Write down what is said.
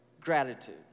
gratitude